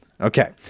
Okay